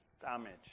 damage